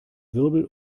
wirbel